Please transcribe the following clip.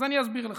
אז אני אסביר לך,